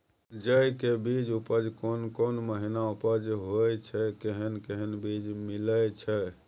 जेय के बीज के उपज कोन महीना उपज होय छै कैहन कैहन बीज मिलय छै?